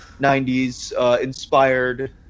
90s-inspired